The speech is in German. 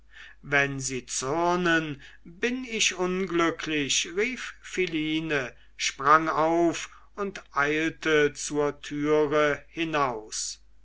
wenn sie zürnen bin ich unglücklich rief philine sprang auf und eilte zur türe hinaus